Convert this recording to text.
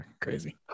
Crazy